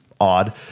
odd